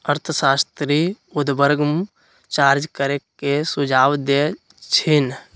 अर्थशास्त्री उर्ध्वगम चार्ज करे के सुझाव देइ छिन्ह